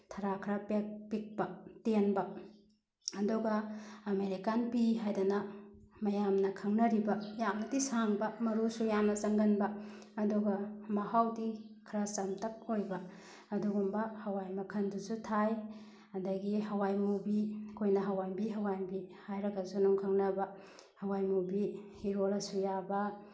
ꯊꯔꯥꯛ ꯈꯔ ꯄꯤꯛꯄ ꯇꯦꯟꯕ ꯑꯗꯨꯒ ꯑꯃꯦꯔꯤꯀꯥꯟ ꯄꯤ ꯍꯥꯏꯗꯅ ꯃꯌꯥꯝꯅ ꯈꯪꯅꯔꯤꯕ ꯌꯥꯝꯅꯗꯤ ꯁꯥꯡꯕ ꯃꯔꯨꯁꯨ ꯌꯥꯝꯅ ꯆꯪꯒꯟꯕ ꯑꯗꯨꯒ ꯃꯍꯥꯎꯗꯤ ꯈꯔ ꯆꯝꯇꯛ ꯑꯣꯏꯕ ꯑꯗꯨꯒꯨꯝꯕ ꯍꯋꯥꯏ ꯃꯈꯜꯗꯨꯁꯨ ꯊꯥꯏ ꯑꯗꯒꯤ ꯍꯋꯥꯏ ꯃꯨꯕꯤ ꯑꯩꯈꯣꯏꯅ ꯍꯋꯥꯏꯝꯕꯤ ꯍꯋꯥꯏꯝꯕꯤ ꯍꯥꯏꯔꯒꯁꯨ ꯑꯗꯨꯝ ꯈꯪꯅꯕ ꯍꯋꯥꯏ ꯃꯨꯕꯤ ꯏꯔꯣꯜꯂꯁꯨ ꯌꯥꯕ